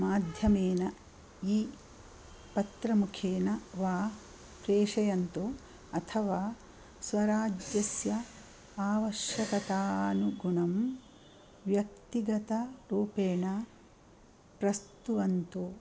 माध्यमेन ई पत्रमुखेन वा प्रेषयन्तु अथवा स्वराज्यस्य आवश्यकतानुगुणं व्यक्तिगतरूपेण प्रस्तुवन्तु